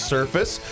Surface